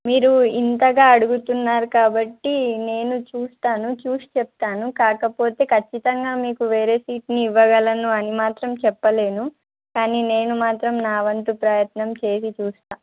మీరు ఇంతగా అడుగుతున్నారు కాబట్టి నేను చూస్తాను చూసి చెప్తాను కాకపోతే ఖచ్చితంగా మీకు వేరే సీట్ని ఇవ్వగలను అని మాత్రం చెప్పలేను కానీ నేను మాత్రం నా వంతు ప్రయత్నం చేసి చూస్తాను